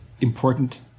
important